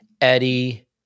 Eddie